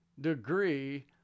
degree